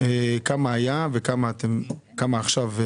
וכמה יש עכשיו?